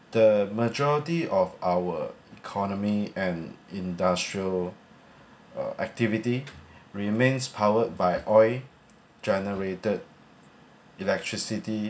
the majority of our economy and industrial uh activity remains powered by oil generated electricity